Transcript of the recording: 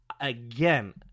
Again